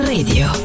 Radio